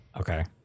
Okay